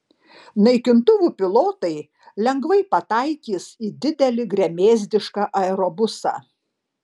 naikintuvų pilotai lengvai pataikys į didelį gremėzdišką aerobusą